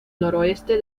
noroeste